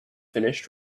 finished